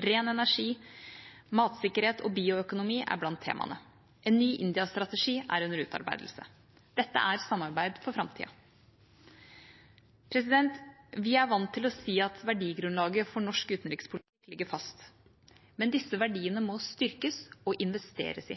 ren energi, matsikkerhet og bioøkonomi er blant temaene. En ny India-strategi er under utarbeidelse. Dette er samarbeid for framtida. Vi er vant til å si at verdigrunnlaget for norsk utenrikspolitikk ligger fast, men disse verdiene må styrkes og investeres i.